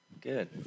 Good